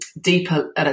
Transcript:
deeper